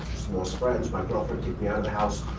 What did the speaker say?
lost friends, my girlfriend kicked me out of the house.